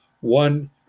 One